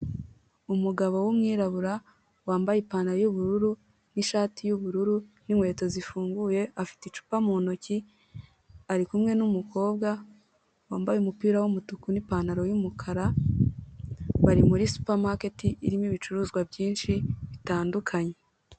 Umugabo w'umwirabura wambaye ipantaro y'ubururu n'ishati y'ubururu n'inkweto zifunguye afite icupa mu ntoki ari kumwe n'umukobwa wambaye umupira w'umutuku n'ipantaro y'umukara bari muri supamaketi irimo ibicuruzwa byinshi bitandukanye.